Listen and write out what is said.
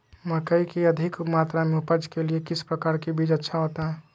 मकई की अधिक मात्रा में उपज के लिए किस प्रकार की बीज अच्छा होता है?